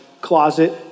closet